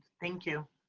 thank you.